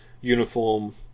uniform